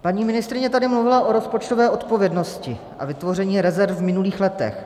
Paní ministryně tady mluvila o rozpočtové odpovědnosti a vytvoření rezerv v minulých letech.